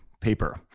paper